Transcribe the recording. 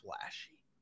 flashy